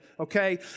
Okay